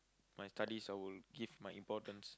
my studies I will give my importance